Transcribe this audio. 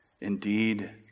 Indeed